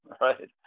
Right